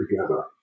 together